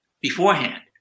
beforehand